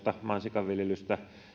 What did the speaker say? mansikanviljelyyn